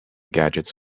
gadgets